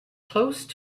close